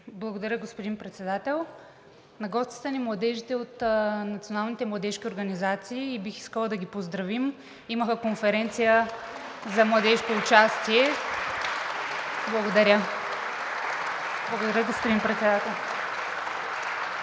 Благодаря, господин Председател. На гости са ни младежите от националните младежки организации и бих искала да ги поздравим. Имаха конференция за младежко участие. (Ръкопляскания.) Благодаря.